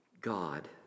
God